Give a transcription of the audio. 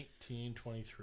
1923